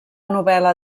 novel·la